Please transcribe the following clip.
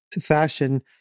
fashion